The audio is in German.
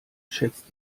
schätzt